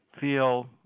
feel